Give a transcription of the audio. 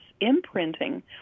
imprinting